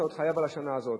אתה עוד חייב על השנה הזאת.